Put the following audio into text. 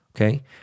Okay